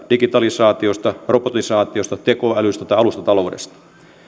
digitalisaatiosta robotisaatiosta tekoälystä tai alustataloudesta